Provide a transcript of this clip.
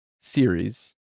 series